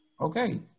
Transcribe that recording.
Okay